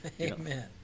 Amen